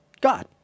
God